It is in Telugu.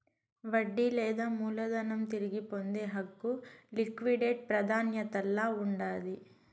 వడ్డీ లేదా మూలధనం తిరిగి పొందే హక్కు లిక్విడేట్ ప్రాదాన్యతల్ల ఉండాది